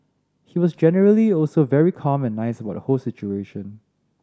he was generally also very calm and nice about the whole situation